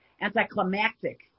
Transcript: anticlimactic